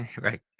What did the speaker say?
right